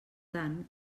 tant